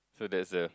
so that's the